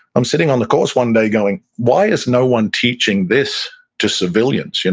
i'm sitting on the course one day going, why is no one teaching this to civilians? you know